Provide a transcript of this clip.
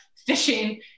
fishing